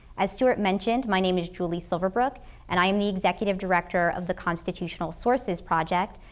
as stewart mentioned, my name is julie silverbrook and i am the executive director of the constitutional sources project,